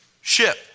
ship